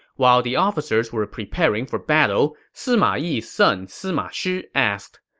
while the officers were preparing for battle, sima yi's son sima shi asked,